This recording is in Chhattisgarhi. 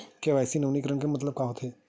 के.वाई.सी नवीनीकरण के मतलब का होथे?